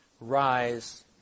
rise